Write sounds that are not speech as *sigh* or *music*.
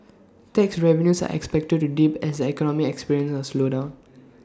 *noise* tax revenues are expected to dip as the economy experiences A slowdown *noise*